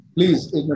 Please